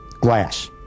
Glass